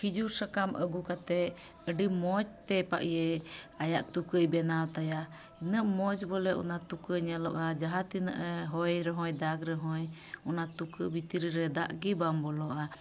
ᱠᱷᱤᱡᱩᱨ ᱥᱟᱠᱟᱢ ᱟᱜᱩ ᱠᱟᱛᱮ ᱟᱹᱰᱤ ᱢᱚᱡᱽᱛᱮ ᱤᱭᱟᱹ ᱟᱭᱟᱜ ᱛᱩᱠᱟᱹᱭ ᱵᱮᱱᱟᱣ ᱛᱟᱭᱟ ᱤᱱᱟᱹᱜ ᱢᱚᱡᱽ ᱵᱚᱞᱮ ᱚᱱᱟ ᱛᱩᱠᱟᱹ ᱧᱮᱞᱚᱜᱼᱟ ᱡᱟᱦᱟᱸ ᱛᱤᱱᱟᱹᱜ ᱮ ᱦᱚᱭ ᱨᱮᱦᱚᱭ ᱫᱟᱜᱽ ᱨᱮᱦᱚᱭ ᱚᱱᱟ ᱛᱩᱠᱟᱹ ᱵᱷᱤᱛᱛᱨᱤᱨᱮ ᱫᱟᱜ ᱜᱮ ᱵᱟᱝ ᱵᱚᱞᱚᱜᱼᱟ